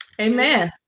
Amen